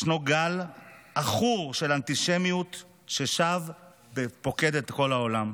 ישנו גל עכור של אנטישמיות ששב ופוקד את כל העולם.